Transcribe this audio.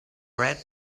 read